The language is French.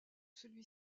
celui